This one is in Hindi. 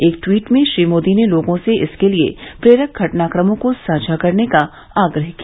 एक ट्वीट में श्री मोदी ने लोगों से इसके लिए प्रेरक घटनाक्रमों को साझा करने का आग्रह किया